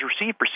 received